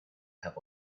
cap